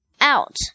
out